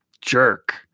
jerk